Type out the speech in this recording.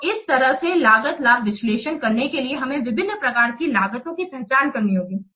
तो इस तरह से लागत लाभ विश्लेषण करने के लिए हमें विभिन्न प्रकार की लागतों की पहचान करनी होगी